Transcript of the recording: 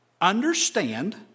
Understand